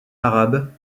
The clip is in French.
arabe